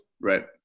Right